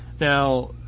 Now